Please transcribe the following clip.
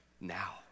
now